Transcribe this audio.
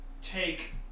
take